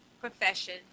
profession